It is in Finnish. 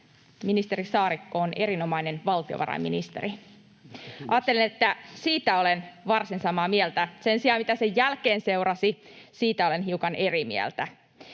ministeri Saarikko on erinomainen valtiovarainministeri. Ajattelen, että siitä olen varsin samaa mieltä. Sen sijaan siitä, mitä sen jälkeen seurasi, olen hiukan eri mieltä.